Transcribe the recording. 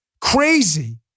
crazy